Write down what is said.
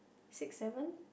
six seven